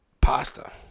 pasta